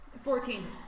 Fourteen